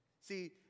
See